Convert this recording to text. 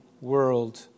world